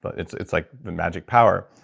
but it's it's like the magic power.